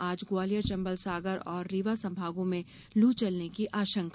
आज ग्वालियर चंबल सागर और रीवा संभागों में लू चलने की आशंका